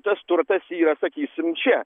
tas turtas yra sakysim čia